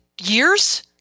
years